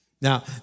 Now